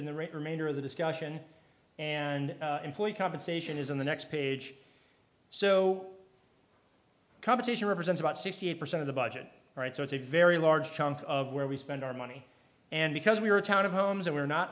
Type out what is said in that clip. of the discussion and employee compensation is on the next page so competition represents about sixty percent of the budget right so it's a very large chunk of where we spend our money and because we're a town of homes and we're not